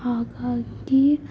ಹಾಗಾಗಿ